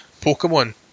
Pokemon